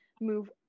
move